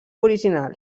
originals